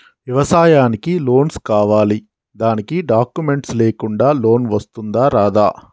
వ్యవసాయానికి లోన్స్ కావాలి దానికి డాక్యుమెంట్స్ లేకుండా లోన్ వస్తుందా రాదా?